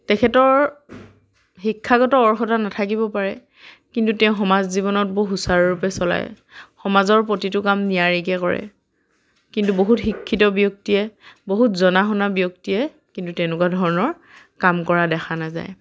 তেখেতৰ শিক্ষাগত অৰ্হতা নাথাকিবও পাৰে কিন্তু তেওঁ সমাজ জীৱনত বহু সুচাৰুৰূপে চলায় সমাজৰ প্ৰতিটো কাম নিয়াৰিকে কৰে কিন্তু বহুত শিক্ষিত ব্যক্তিয়ে বহুত জনা শুনা ব্যক্তিয়ে কিন্তু তেনেকুৱা ধৰণৰ কাম কৰা দেখা নাযায়